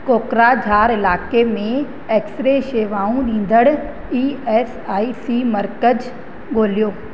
कोकराझार इलाइक़े में X ray शेवाऊं ॾींदड़ ई एस आई सी मर्कज़ ॻोल्हियो